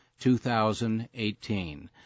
2018